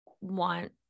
want